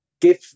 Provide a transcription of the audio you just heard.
give